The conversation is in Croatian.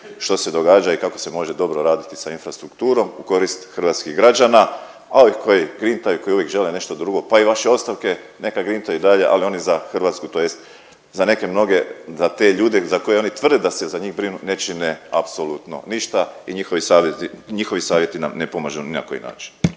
što se događa i kako se može dobro raditi sa infrastrukturom u korist hrvatskih građana, a ovi koji grintaju koji uvijek žele nešto drugo pa i vaše ostavke neka grintaju i dalje, ali oni za Hrvatsku tj. za neke mnoge da te ljude za koji oni tvrde da se za njih brinu ne čine apsolutno ništa i njihovi savjeti nam ne pomažu ni na koji način.